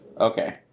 Okay